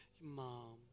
Mom